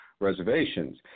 reservations